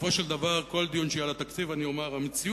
בסופו של דבר כל דיון שיהיה על התקציב אני אומר שהמציאות,